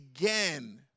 again